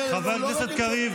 חבר הכנסת קריב,